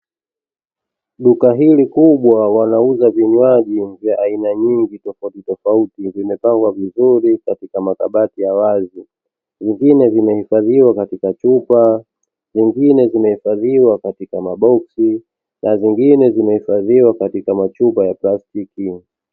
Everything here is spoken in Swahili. Duka hili kubwa wanauza vinywaji vya aina nyingi tofautitoofauti vimepangwa vizuri katika makabati, zingine zimehifadhiwa katika chupa nyingine zimehifadhiwa katika maboksi na zungine zimehifadhiwa katika machupa ya plastiki.